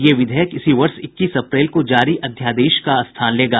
ये विधेयक इसी वर्ष इक्कीस अप्रैल को जारी अध्यादेश का स्थान लेगा